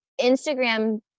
Instagram